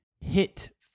hit